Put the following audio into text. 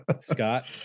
Scott